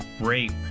rape